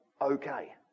okay